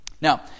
Now